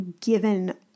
given